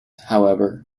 however